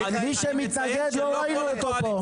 מי שמתנגד לא ראינו אותו פה.